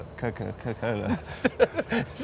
Coca-Cola